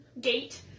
gate